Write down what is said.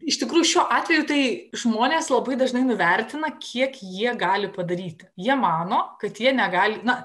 iš tikrųjų šiuo atveju tai žmonės labai dažnai nuvertina kiek jie gali padaryti jie mano kad jie negali na